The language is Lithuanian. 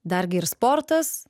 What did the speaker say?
dar gi ir sportas